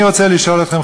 אני רוצה לשאול אתכם,